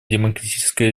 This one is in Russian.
демократическая